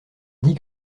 dit